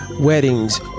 weddings